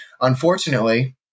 unfortunately